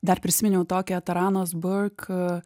dar prisiminiau tokią taranos burk